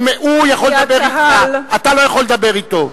הוא יכול לדבר אתך, אתה לא יכול לדבר אתו.